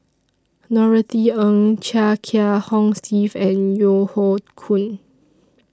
Norothy Ng Chia Kiah Hong Steve and Yeo Hoe Koon